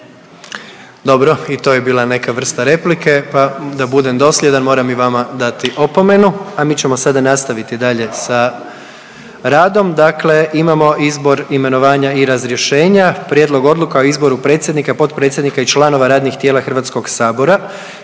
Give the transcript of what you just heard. Dobro i to je bila neka vrsta replike pa da budem dosljedan moram i vama dati opomenu. **Jandroković, Gordan (HDZ)** A mi ćemo sada nastaviti dalje sa radom, dakle imamo izbor, imenovanja i razrješenja. Prijedlog odluka o izboru predsjednika, potpredsjednika i članova radnih tijela HS-a, ja